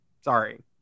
Sorry